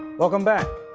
welcome back.